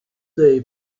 day